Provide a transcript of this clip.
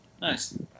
nice